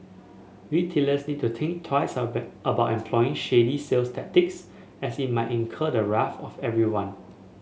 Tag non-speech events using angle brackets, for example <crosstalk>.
retailers need to think twice <unintelligible> about employing shady sales tactics as it might incur the wrath of everyone